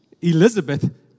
Elizabeth